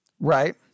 Right